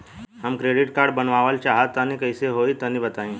हम credit card बनवावल चाह तनि कइसे होई तनि बताई?